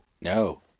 No